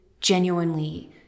genuinely